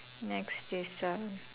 next is uh